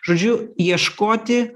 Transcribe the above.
žodžiu ieškoti